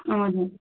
हजुर